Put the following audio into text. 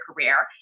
career